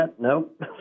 Nope